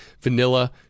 vanilla